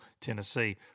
Tennessee